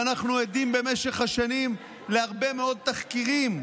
ואנחנו עדים במשך השנים להרבה מאוד תחקירים,